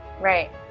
Right